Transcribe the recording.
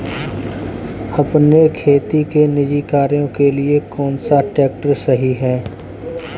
अपने खेती के निजी कार्यों के लिए कौन सा ट्रैक्टर सही है?